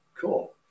Cool